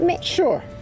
Sure